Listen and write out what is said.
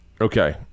Okay